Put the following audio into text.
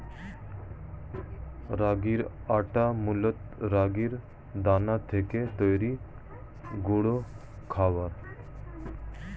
রাগির আটা মূলত রাগির দানা থেকে তৈরি গুঁড়ো খাবার